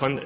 kan